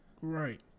right